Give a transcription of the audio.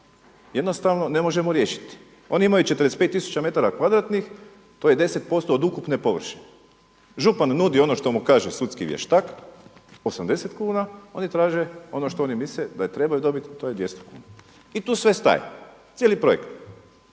jednostavno ne možemo riješiti. Oni imaju 45 tisuća metara kvadratnih to je 10% od ukupne površine. Župan nudi ono što mu kaže sudski vještak 80 kuna, oni traže oni što oni misle da trebaju dobiti to je 200 kuna i tu sve staje, cijeli projekt.